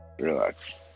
Relax